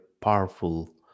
powerful